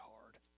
hard